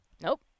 Nope